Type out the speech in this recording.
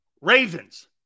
Ravens